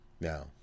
Now